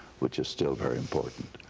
which is still very important.